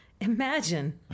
Imagine